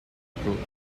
approach